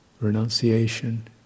Renunciation